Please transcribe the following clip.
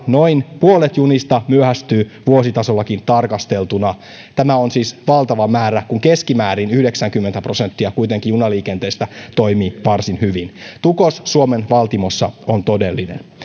noin puolet junista myöhästyy vuositasollakin tarkasteltuna tämä on siis valtava määrä kun keskimäärin yhdeksänkymmentä prosenttia kuitenkin junaliikenteestä toimii varsin hyvin tukos suomen valtimossa on todellinen